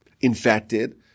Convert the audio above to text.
infected